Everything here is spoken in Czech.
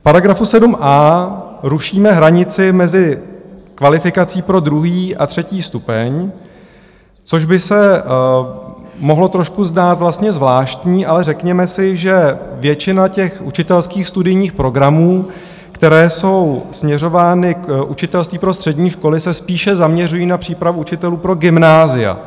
V § 7a rušíme hranici mezi kvalifikací pro druhý a třetí stupeň, což by se mohlo trošku zdát vlastně zvláštní, ale řekněme si, že většina učitelských studijních programů, které jsou směřovány k učitelství pro střední školy, se spíše zaměřují na přípravu učitelů pro gymnázia.